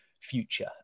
future